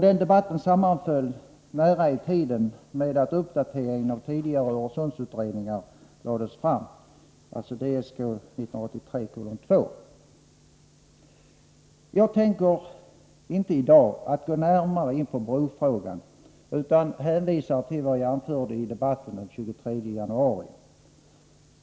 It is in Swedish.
Den debatten sammanföll nära i tiden med att uppdateringen av tidigare gjorda Öresundsutredningar lades fram . Jag tänker inte i dag gå närmare in på brofrågan utan hänvisar till vad jag anförde i debatten den 23 januari.